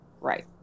Right